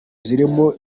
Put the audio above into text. zirimo